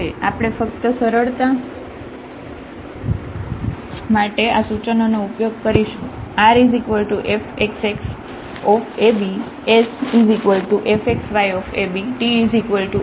તેથી આપણે ફક્ત સરળતા માટે આ સૂચનોનો ઉપયોગ કરીશું rfxxab sfxyabtfyyab